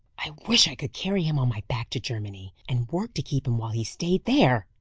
i wish i could carry him on my back to germany, and work to keep him while he stayed there!